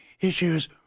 issues